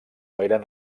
eren